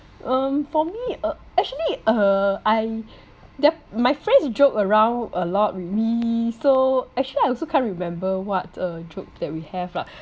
um for me uh actually uh I their my friends joke around a lot with me so actually I also can't remember what uh joke that we have lah